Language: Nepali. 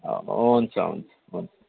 हुन्छ हुन्छ हुन्छ